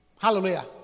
Hallelujah